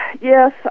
Yes